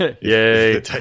Yay